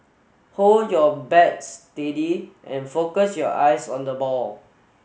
hold your bat steady and focus your eyes on the ball